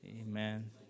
Amen